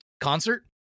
concert